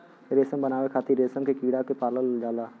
रेशम बनावे खातिर रेशम के कीड़ा के पालल जाला